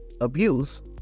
abuse